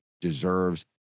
deserves